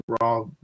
raw